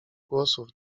głosów